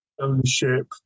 ownership